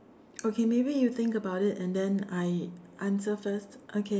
okay maybe you think about it and then I answer first okay